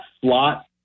slot